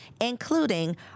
including